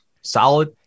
solid